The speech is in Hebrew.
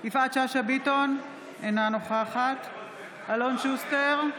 יפעת שאשא ביטון, אינה נוכחת אלון שוסטר,